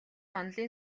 онолын